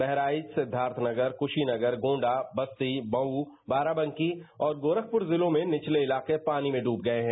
बहराइच सिद्धार्थ नगर कुसीनगर गोण्डा बस्ती मऊ बाराबंकी और गोरखपुर में निचले इलाके पानी में डूब गए हैं